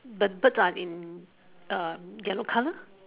the birds are in yellow colour